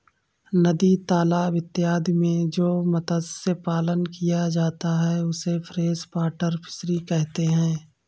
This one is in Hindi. नदी तालाब इत्यादि में जो मत्स्य पालन किया जाता है उसे फ्रेश वाटर फिशरी कहते हैं